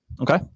Okay